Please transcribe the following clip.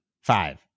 Five